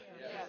Yes